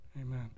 Amen